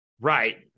Right